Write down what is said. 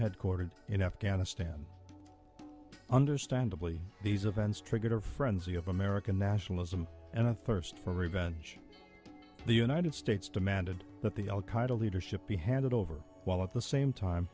headquartered in afghanistan understandably these events triggered a frenzy of american nationalism and a thirst for revenge the united states demanded that the al qaeda leadership be handed over while at the same time